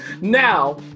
Now